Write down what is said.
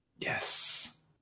Yes